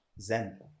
zen